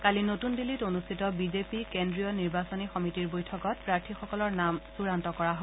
কালি নতুন দিল্লীত অনুষ্ঠিত বিজেপি কেন্দ্ৰীয় নিৰ্বাচনী সমিতিৰ বৈঠকত প্ৰাৰ্থীসকলৰ নাম চূড়ান্ত কৰা হয়